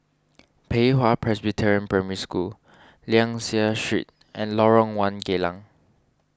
Pei Hwa Presbyterian Primary School Liang Seah Street and Lorong one Geylang